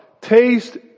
taste